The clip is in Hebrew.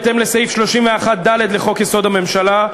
בהתאם לסעיף 31(ד) לחוק-יסוד: הממשלה,